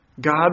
God